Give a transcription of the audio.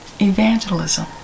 evangelism